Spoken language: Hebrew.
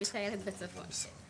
אני מטיילת בצפון.